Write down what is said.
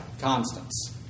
constants